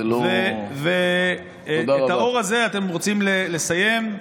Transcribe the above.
זה לא, ואת האור הזה אתם רוצים לסיים.